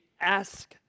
ask